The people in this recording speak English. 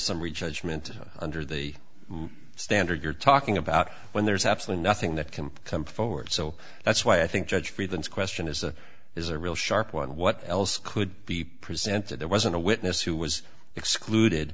summary judgment under the standard you're talking about when there's absolutely nothing that can come forward so that's why i think judge freedman's question is a is a real sharp one what else could be presented there wasn't a witness who was excluded